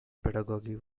pedagogy